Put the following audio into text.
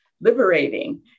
liberating